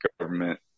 government